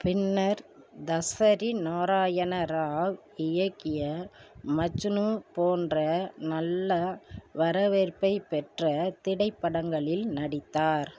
பின்னர் தாசரி நாராயண ராவ் இயக்கிய மஜ்னு போன்ற நல்ல வரவேற்பை பெற்ற திரைப்படங்களில் நடித்தார்